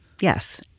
Yes